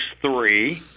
three